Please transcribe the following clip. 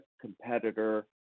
competitor